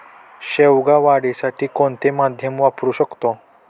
शेवगा वाढीसाठी कोणते माध्यम वापरु शकतो?